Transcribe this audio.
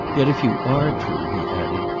yet if you are true, he added,